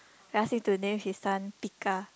ask him to name his son Pika